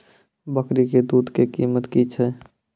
बकरी के दूध के कीमत की छै?